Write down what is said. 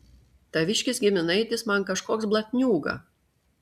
taviškis giminaitis man kažkoks blatniūga